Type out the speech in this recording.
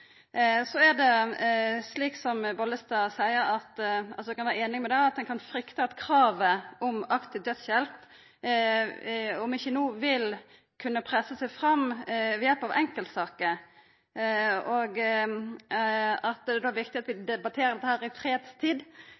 som Bollestad seier, at ein kan frykta at kravet om aktiv dødshjelp, om enn ikkje no, vil kunne pressa seg fram ved hjelp av enkeltsaker. Det er då viktig at vi debatterer dette i fredstid,